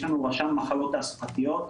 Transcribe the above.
יש לנו רשם מחלות תעסוקתיות,